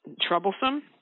troublesome